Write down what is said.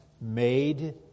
made